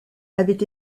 avait